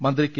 മന്ത്രി കെ